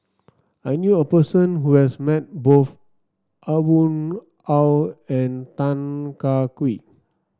I knew a person who has met both Aw Boon Haw and Tan Kah Kee